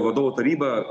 vadovų taryba